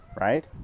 right